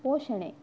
ಪೋಷಣೆ